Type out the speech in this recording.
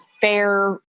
fair